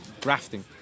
grafting